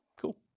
Cool